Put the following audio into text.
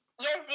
Yes